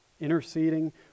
interceding